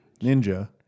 Ninja